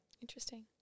interesting